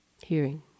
hearing